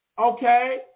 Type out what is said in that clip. Okay